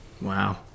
Wow